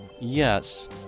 Yes